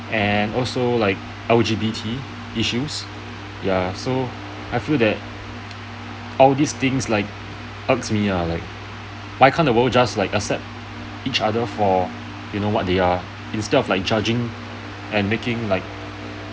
and also like L_G_B_T issue ya so I feel that all these things like irks me ah like why can't the world just like accept each other for you know what they are instead of like judging and making like